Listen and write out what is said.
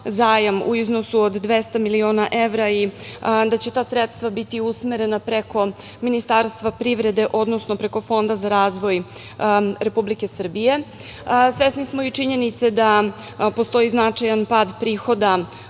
u iznosu od 200 miliona evra i da će ta sredstva biti usmerena preko Ministarstva privrede, odnosno preko Fonda za razvoj Republike Srbije. Svesni smo i činjenice da postoji značajan pad prihoda